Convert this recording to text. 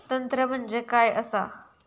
तंत्र म्हणजे काय असा?